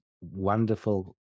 wonderful